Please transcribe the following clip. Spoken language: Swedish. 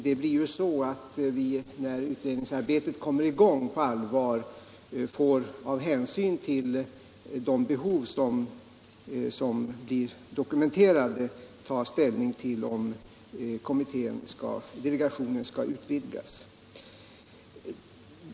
När utredningsarbetet kommer i gång på allvar får man med hänsyn till de behov som blir dokumenterade ta ställning till om delegationen skall utvidgas.